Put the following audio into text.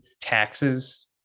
Taxes